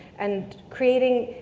and creating,